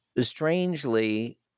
strangely